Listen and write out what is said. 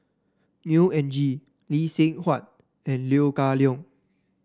Neo Anngee Lee Seng Huat and Leo Kah Leong